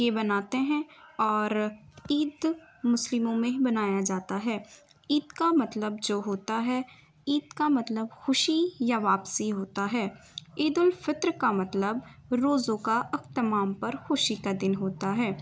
کے مناتے ہیں اور عید مسلموں میں ہی بنایا جاتا ہے عید کا مطلب جو ہوتا ہے عید کا مطلب خوشی یا واپسی ہوتا ہے عید الفطر کا مطلب روزوں کا اختمام پر خوشی کا دن ہوتا ہے